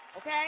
Okay